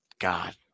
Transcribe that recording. God